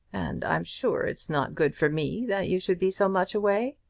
and i'm sure it's not good for me that you should be so much away.